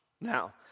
Now